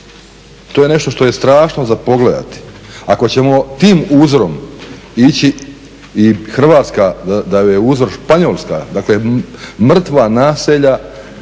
To je nešto što je strašno za pogledati. Ako ćemo tim uzorom ići i Hrvatska da joj je uzor Španjolska, dakle mrtva naselja